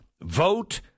vote